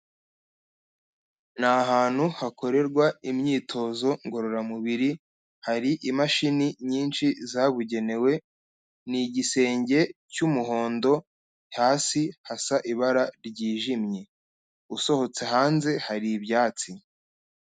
Ni ahantu hakorerwa imyitozo ngororamubiri, hari imashini nyinshi zabugenewe, ni igisenge cy'umuhondo, hasi hasa ibara ryijimye, usohotse hanze hari ibyatsi.